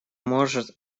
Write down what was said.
может